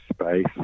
space